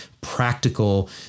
practical